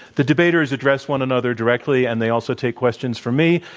the debaters address one another directly and they also take questions from me,